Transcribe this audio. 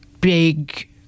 big